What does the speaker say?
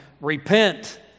Repent